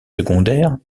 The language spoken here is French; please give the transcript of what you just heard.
secondaire